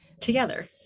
together